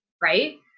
Right